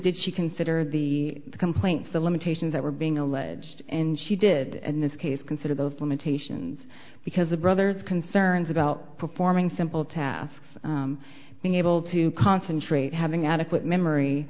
did she consider the complaints the limitations that were being alleged and she did and this case consider those limitations because the brothers concerns about performing simple tasks being able to concentrate having adequate memory